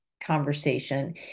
conversation